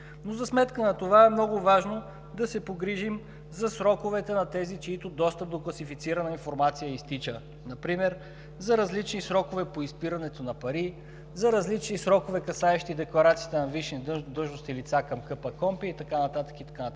но за сметка на това е много важно да се погрижим за сроковете на тези, чийто достъп до класифицирана информация изтича например за различни срокове по изпирането на пари, за различни срокове, касаещи декларацията на висши длъжностни лица към КПКОНПИ и така